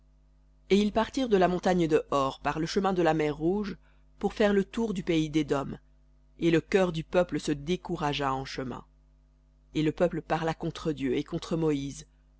et ils partirent de la montagne de hor par le chemin de la mer rouge pour faire le tour du pays d'édom et le cœur du peuple se découragea en chemin et le peuple parla contre dieu et contre moïse